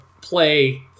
play